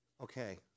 okay